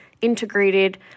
integrated